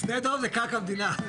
שדה דב זה קרקע מדינה.